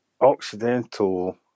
Occidental